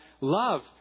love